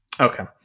Okay